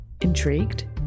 Intrigued